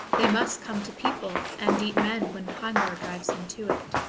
they must come to people and eat men when hunger drives them to it.